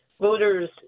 voters